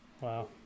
wow